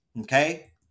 okay